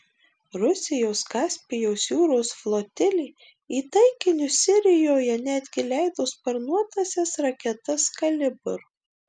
rusijos kaspijos jūros flotilė į taikinius sirijoje netgi leido sparnuotąsias raketas kalibr